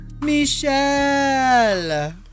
Michelle